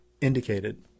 indicated